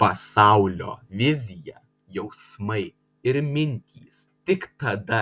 pasaulio vizija jausmai ir mintys tik tada